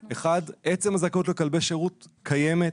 עצם הזכאות לכלבי שירות קיימת,